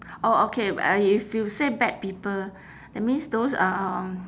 orh okay uh if you say bad people that means those um